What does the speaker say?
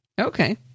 Okay